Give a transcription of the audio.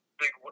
big